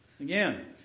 Again